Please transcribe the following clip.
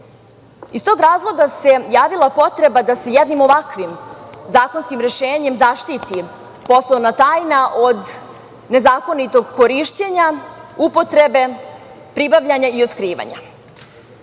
Iz tog razloga se javila potreba da se jednim ovakvim zakonskim rešenjem zaštiti poslovna tajna od nezakonitog korišćenja, upotrebe, pribavljanja i otkrivanja. Pod